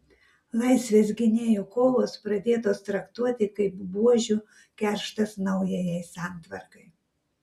laisvės gynėjų kovos pradėtos traktuoti kaip buožių kerštas naujajai santvarkai